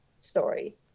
story